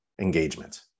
engagement